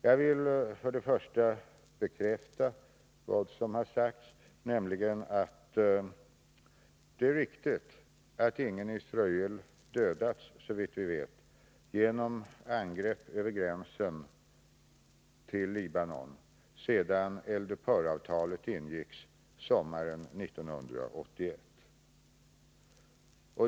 Jag vill först bekräfta att det är riktigt att ingen israel, såvitt vi vet, har dödats genom angrepp över gränsen till Libanon sedan eld-upphör-avtalet ingicks sommaren 1981.